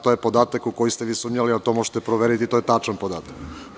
To je podatak u koji ste vi sumnjali, to možete proveriti, to je tačan podatak.